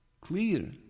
clear